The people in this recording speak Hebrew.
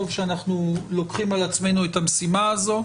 טוב שאנחנו לוקחים על עצמנו את המשימה הזו,